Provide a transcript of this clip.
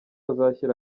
azashyira